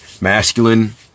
masculine